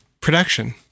production